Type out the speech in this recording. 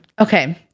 okay